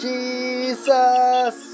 Jesus